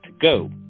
go